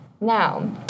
Now